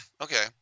okay